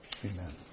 Amen